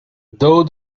though